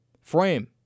Frame